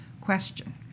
question